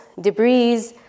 debris